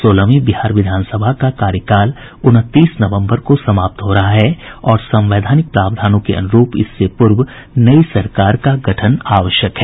सोलहवीं बिहार विधानसभा का कार्यकाल उनतीस नवम्बर को समाप्त हो रहा है और संवैधानिक प्रावधानों के अनुरूप इससे पूर्व नई सरकार का गठन आवश्यक है